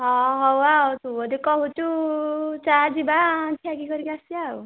ହଁ ହଉ ଆଉ ତୁ ଯଦି କହୁଛୁ ଚାଲ୍ ଯିବା ଖିଅ ପିଆ କରିକି ଆସିବା ଆଉ